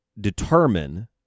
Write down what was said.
determine